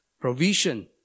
provision